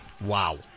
Wow